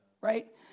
right